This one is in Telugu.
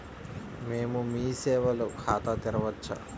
మేము మీ సేవలో ఖాతా తెరవవచ్చా?